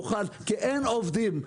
כי אין עובדים,